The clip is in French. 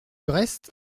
reste